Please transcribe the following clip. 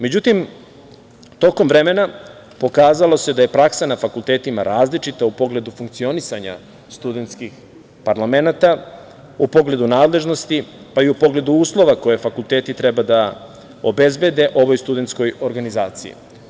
Međutim, tokom vremena pokazalo se da je praksa na fakultetima različita u pogledu funkcionisanja studentskih parlamenata, u pogledu nadležnosti, pa i u pogledu uslova koje fakulteti treba da obezbede ovoj studentskoj organizaciji.